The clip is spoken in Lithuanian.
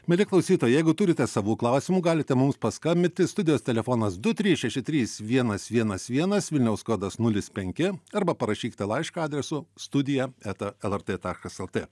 mieli klausytojai jeigu turite savų klausimų galite mums paskambinti studijos telefonas du trys šeši trys vienas vienas vienas vilniaus kodas nulis penki arba parašykite laišką adresu studija eta lrt taškas lt